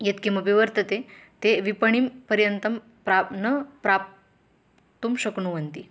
यत्किमपि वर्तते ते विपणिः पर्यन्तं प्राप न प्राप्तुं शक्नुवन्ति